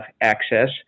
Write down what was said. access